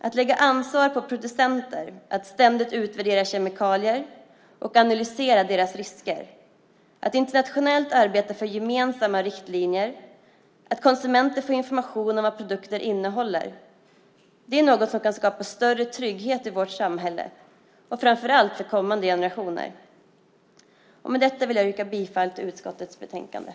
Att lägga ansvar på producenter, att ständigt utvärdera kemikalier och analysera deras risker, att internationellt arbeta för gemensamma riktlinjer, att konsumenter får information om vad produkter innehåller - allt detta är något som kan skapa större trygghet i vårt samhälle, framför allt för kommande generationer. Med detta yrka jag bifall till utskottets förslag i betänkandet.